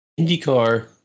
IndyCar